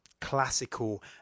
classical